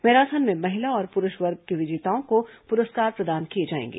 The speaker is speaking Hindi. मैराथन में महिला और पुरूष वर्ग के विजेताओं को पुरस्कार प्रदान किए जाएंगे